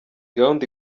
gahunda